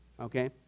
Okay